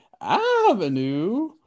Avenue